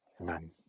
Amen